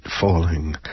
falling